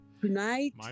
Tonight